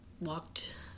walked